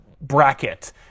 bracket